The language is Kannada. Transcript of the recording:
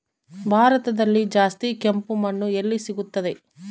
ಭಾರತದಲ್ಲಿ ಜಾಸ್ತಿ ಕೆಂಪು ಮಣ್ಣು ಎಲ್ಲಿ ಸಿಗುತ್ತದೆ?